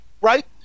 Right